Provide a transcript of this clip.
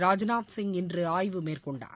ராஜ்நாத் சிங் இன்று ஆய்வு மேற்கொண்டார்